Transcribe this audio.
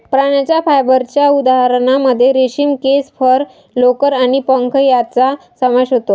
प्राण्यांच्या फायबरच्या उदाहरणांमध्ये रेशीम, केस, फर, लोकर आणि पंख यांचा समावेश होतो